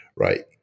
right